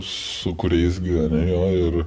sukūriais gane jo ir